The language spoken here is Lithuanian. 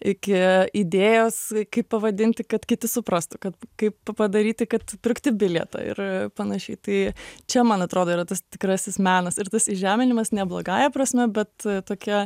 iki idėjos kaip pavadinti kad kiti suprastų kad kaip padaryti kad pirkti bilietą ir panašiai tai čia man atrodo yra tas tikrasis menas ir tas įžeminimas ne blogąja prasme bet tokia